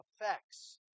effects